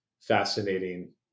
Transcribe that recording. fascinating